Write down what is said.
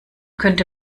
könnte